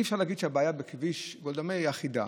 אי-אפשר להגיד שהבעיה בכביש גולדה מאיר היא אחידה.